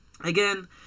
Again